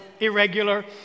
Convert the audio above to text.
irregular